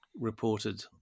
reported